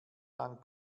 lang